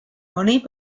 money